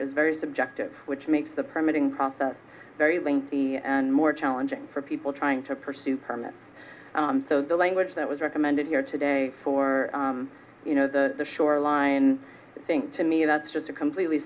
is very subjective which makes the permitting process very lengthy and more challenging for people trying to pursue permits so the language that was recommended here today for the shoreline i think to me that's just a completely